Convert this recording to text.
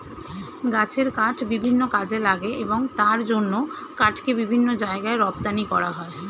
গাছের কাঠ বিভিন্ন কাজে লাগে এবং তার জন্য কাঠকে বিভিন্ন জায়গায় রপ্তানি করা হয়